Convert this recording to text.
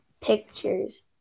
pictures